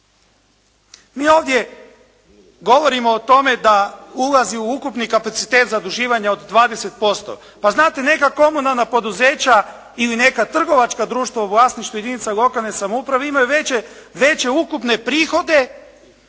Mi ovdje govorimo o tome da ulazi u ukupni kapacitet zaduživanja od 20%, pa znate neka komunalna poduzeća ili neka trgovačka društva u vlasništvu jedinica lokalne samouprave imaju veće ukupne prihode